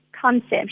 concept